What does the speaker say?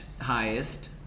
highest